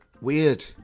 weird